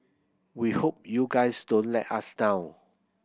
we hope you guys don't let us down